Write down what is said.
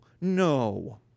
no